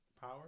Power